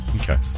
Okay